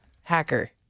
hacker